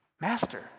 Master